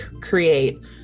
create